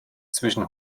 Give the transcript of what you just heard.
zwischen